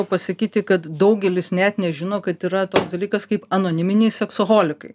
pasakyti kad daugelis net nežino kad yra toks dalykas kaip anoniminiai seksoholikai